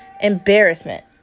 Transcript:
embarrassment